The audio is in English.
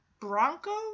Bronco